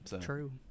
true